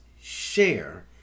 share